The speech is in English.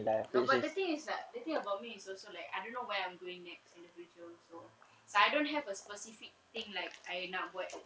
no but the thing is like the thing about me is also like I don't know know where I'm going next in the future also so I don't have a specific thing like I nak buat